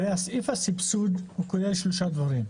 הרי סעיף הסבסוד כולל שלושה דברים: